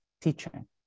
teaching